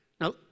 Now